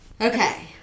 Okay